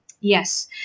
Yes